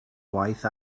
waith